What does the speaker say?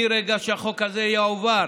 מהרגע שהחוק הזה יועבר,